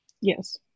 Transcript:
Yes